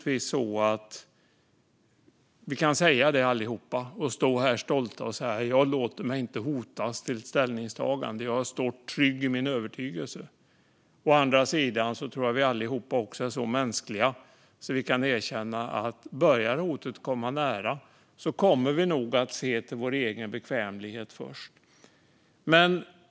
Vi ska allihop kunna stå här stolta och säga: Jag låter mig inte hotas till ett ställningstagande. Jag står trygg i min övertygelse. Å andra sidan tror jag att vi alla är så mänskliga att vi kan erkänna att om hotet börjar komma nära kommer vi nog att se till vår egen bekvämlighet först.